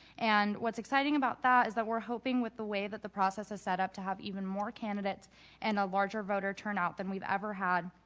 and what's exciting about that is that we're hoping with the way that the process has set up to have even more candidates and a larger voter turnout than we've ever had.